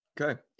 Okay